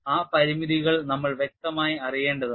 ആ പരിമിതികൾ നമ്മൾ വ്യക്തമായി അറിയേണ്ടതുണ്ട്